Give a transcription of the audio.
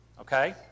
okay